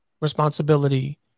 responsibility